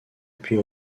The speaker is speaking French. puis